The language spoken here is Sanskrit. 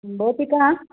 भवती का